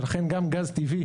ולכן גם גז טבעי,